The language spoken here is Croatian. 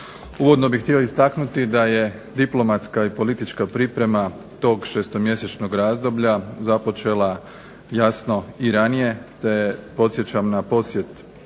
Uvodno bih htio istaknuti da je diplomatska i politička priprema tog 6-mjesečnog razdoblja započela jasno i ranije te podsjećam na posjet